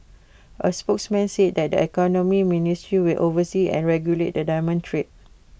A spokesman says that the economy ministry will oversee and regulate the diamond trade